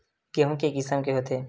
गेहूं के किसम के होथे?